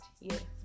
yes